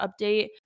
update